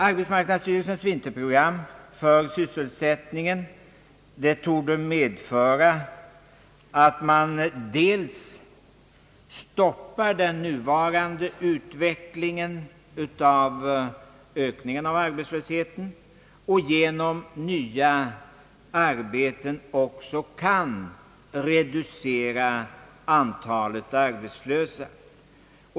Arbetsmarknadsstyrelsens vinterprogram för sysselsättningen torde medföra att man stoppar den pågående ökningen av arbetslösheten och genom nya arbeten reducerar antalet arbetslösa.